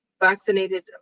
vaccinated